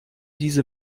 diese